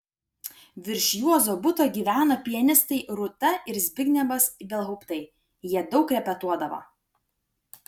virš juozo buto gyveno pianistai rūta ir zbignevas ibelhauptai jie daug repetuodavo